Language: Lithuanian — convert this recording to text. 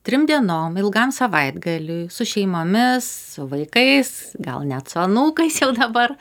trim dienom ilgam savaitgaliui su šeimomis vaikais gal net su anūkais jau dabar